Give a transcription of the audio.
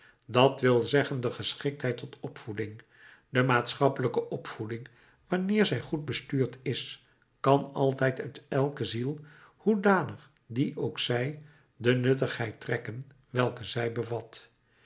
dat wil zeggen de geschiktheid tot opvoeding de maatschappelijke opvoeding wanneer zij goed bestuurd is kan altijd uit elke ziel hoedanig die ook zij de nuttigheid trekken welke zij bevat